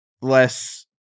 less